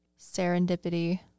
serendipity